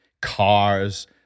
cars